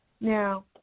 Now